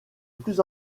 plus